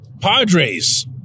Padres